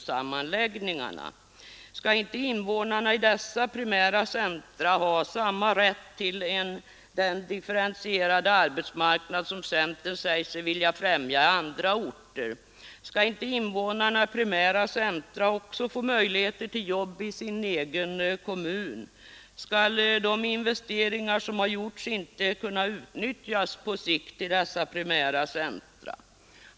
Skall inte invånarna i dessa primära centra ha samma rätt till den differentierade arbetsmarknad som centern säger sig vilja främja i andra orter? Skall inte invånarna i primära centra också få möjligheter till jobb i sin egen kommun? Skall de investeringar som har gjorts inte kunna utnyttjas på sikt i dessa primära centra?